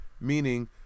meaning